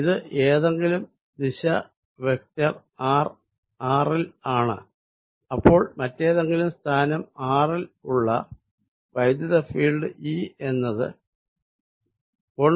ഇത് ഏതെങ്കിലും ദിശ വെക്ടർ R ൽ ആണ് അപ്പോൾ മറ്റേതെങ്കിലും സ്ഥാനം r ൽ ഉള്ള വൈദ്യുത ഫീൽഡ് E എന്നത് 14π0